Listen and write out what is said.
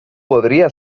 podría